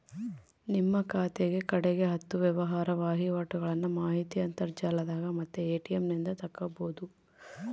ನಿಮ್ಮ ಖಾತೆಗ ಕಡೆಗ ಹತ್ತು ವ್ಯವಹಾರ ವಹಿವಾಟುಗಳ್ನ ಮಾಹಿತಿ ಅಂತರ್ಜಾಲದಾಗ ಮತ್ತೆ ಎ.ಟಿ.ಎಂ ನಿಂದ ತಕ್ಕಬೊದು